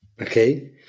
Okay